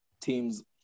teams